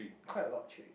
quite a lot actually